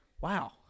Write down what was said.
wow